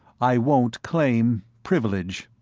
i won't claim privilege.